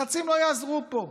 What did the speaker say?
לחצים לא יעזרו פה,